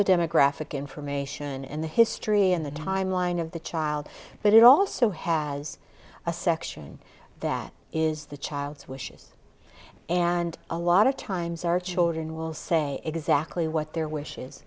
the demographic information and the history and the timeline of the child but it also has a section that is the child's wishes and a lot of times our children will say exactly what their wishes